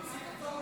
עשית טעות.